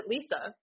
Lisa